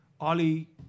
Ali